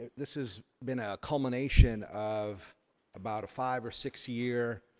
this has been a culmination of about a five or six year